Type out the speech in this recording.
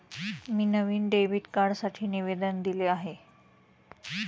मी नवीन डेबिट कार्डसाठी निवेदन दिले आहे